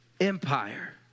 empire